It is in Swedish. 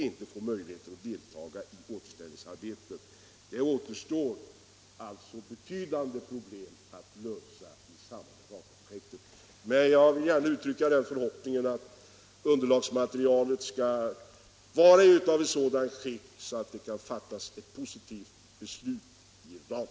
Men jag vill än en gång uttrycka den förhoppningen att underlagsmaterialet skall vara sådant att ett positivt beslut kan fattas beträffande Ranstad.